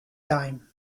time